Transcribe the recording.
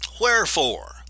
Wherefore